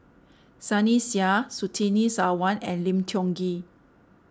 Sunny Sia Surtini Sarwan and Lim Tiong Ghee